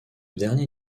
dernier